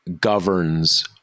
governs